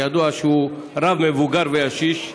שידוע שהוא רב מבוגר וישיש.